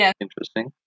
interesting